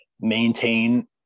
Maintain